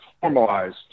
formalized